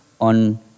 on